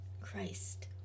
Christ